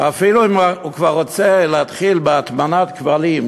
אפילו אם הוא רוצה להתחיל בהטמנת כבלים,